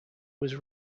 was